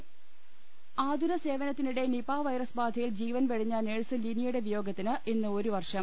ട ആതുര സേവനത്തിനിടെ നിപ വൈറസ് ബാധയിൽ ജീവൻ വെടിഞ്ഞ നഴ്സ് ലിനിയുടെ വിയോഗത്തിന് ഇന്ന് ഒരു വർഷം